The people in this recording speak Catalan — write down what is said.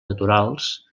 naturals